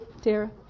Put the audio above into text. Tara